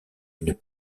une